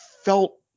felt